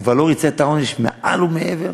הוא לא ריצה כבר את העונש מעל ומעבר?